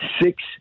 six